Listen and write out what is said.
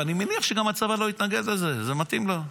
ואני מניח שגם הצבא לא יתנגד לזה, זה מתאים לו.